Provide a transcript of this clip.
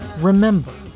remember?